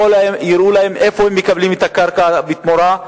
יראו להם איפה הם מקבלים את הקרקע בתמורה,